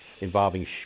involving